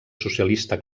socialista